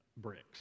bricks